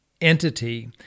entity